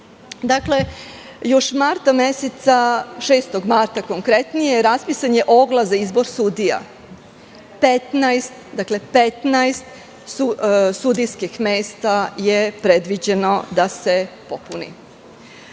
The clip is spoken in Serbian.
meseca, 6. marta konkretnije, raspisan je oglas za izbor sudija. Dakle, 15 sudijskih mesta je predviđeno da se popuni.